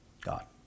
God